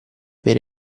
bere